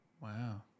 Wow